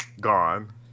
gone